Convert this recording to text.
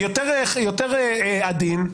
יותר עדין,